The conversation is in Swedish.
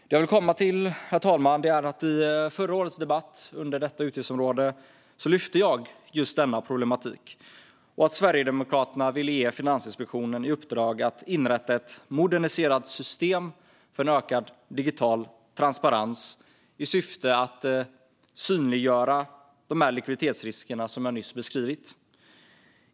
Det jag vill komma till, herr talman, är att i förra årets debatt om detta utgiftsområde lyfte jag fram just denna problematik och att Sverigedemokraterna därför ville ge Finansinspektionen i uppdrag att inrätta ett moderniserat system för ökad digital transparens i syfte att synliggöra de likviditetsrisker som jag nyss beskrivit.